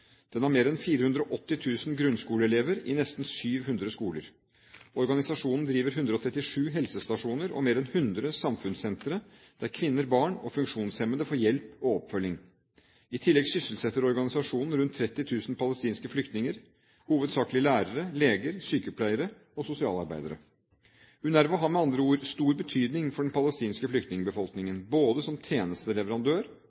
Den har mer enn 480 000 grunnskoleelever i nesten 700 skoler. Organisasjonen driver 137 helsestasjoner og mer enn 100 samfunnssentre, der kvinner, barn og funksjonshemmede får hjelp og oppfølging. I tillegg sysselsetter organisasjonen rundt 30 000 palestinske flyktninger, hovedsakelig lærere, leger, sykepleiere og sosialarbeidere. UNRWA har med andre ord stor betydning for den palestinske